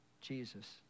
Jesus